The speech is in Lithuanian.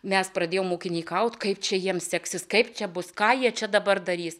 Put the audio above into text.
mes pradėjom ūkininkaut kaip čia jiems seksis kaip čia bus ką jie čia dabar darys